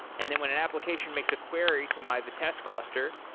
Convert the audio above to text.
and then when an application makes a query to my vitess cluster,